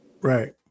right